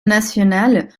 nationales